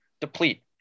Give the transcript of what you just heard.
deplete